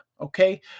Okay